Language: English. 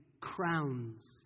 crowns